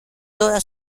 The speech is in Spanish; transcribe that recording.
toda